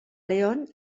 león